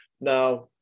Now